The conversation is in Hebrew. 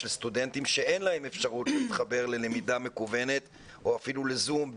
של סטודנטים שאין להם אפשרות להתחבר ללמידה מקוונת או אפילו לזום,